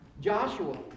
Joshua